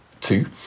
Two